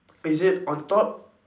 is it on top